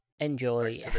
Enjoy